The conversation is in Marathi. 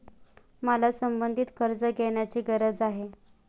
मला संबंधित कर्ज घेण्याची गरज आहे